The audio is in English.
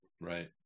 Right